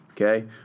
Okay